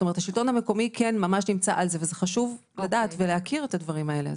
השלטון המקומי נמצא על זה וזה חשוב לדעת ולהכיר את הדברים האלה.